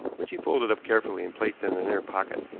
which he folded up carefully and placed in an inner pocket.